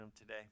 today